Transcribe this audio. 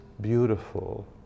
beautiful